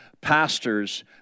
pastors